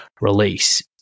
release